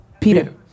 Peter